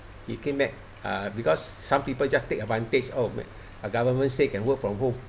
he came back uh because some people just take advantage oh government said can work from home